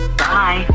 bye